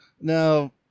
now